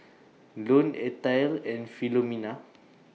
Lone Ethyle and Filomena